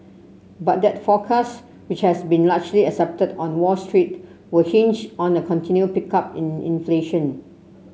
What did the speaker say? but that forecast which has been largely accepted on Wall Street will hinge on a continued pickup in inflation